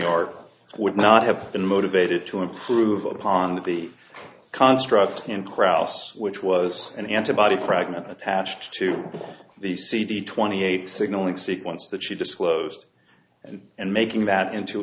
art would not have been motivated to improve upon the construct and kraus which was an antibody fragment attached to the cd twenty eight signalling sequence that she disclosed and and making that into